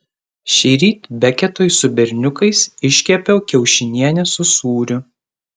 šįryt beketui su berniukais iškepiau kiaušinienę su sūriu